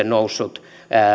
nousseet